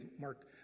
Mark